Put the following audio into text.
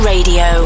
Radio